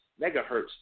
megahertz